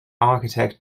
architect